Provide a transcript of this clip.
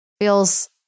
feels